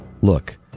Look